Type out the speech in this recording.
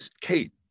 Kate